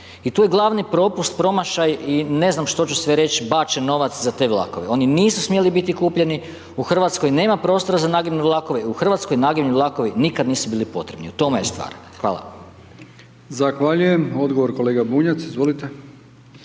i tu je glavni propust promašaj i ne znam što ću sve reć bačen novac za te vlakove, oni nisu smjeli biti kupljeni, u Hrvatskoj nema prostora za nagibne vlakove, u Hrvatskoj nagibni vlakovi nikad nisu bili potrebni, u tome je stvar. Hvala. **Brkić, Milijan (HDZ)** Zahvaljujem. Odgovor, kolega Bunjac, izvolite.